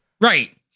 Right